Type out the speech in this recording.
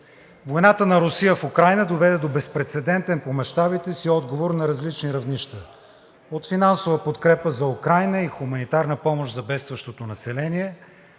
Войната на Русия в Украйна доведе до безпрецедентен по мащабите си отговор на различни равнища – от финансова подкрепа за Украйна и хуманитарна помощ за бедстващото население,